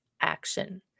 action